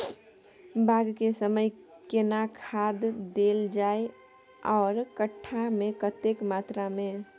बाग के समय केना खाद देल जाय आर कट्ठा मे कतेक मात्रा मे?